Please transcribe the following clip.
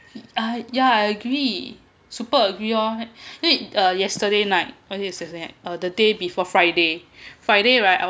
ah yeah I agree super agree lor then he uh yesterday night uh the day before Friday Friday right